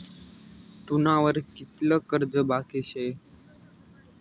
तुना वर कितलं कर्ज बाकी शे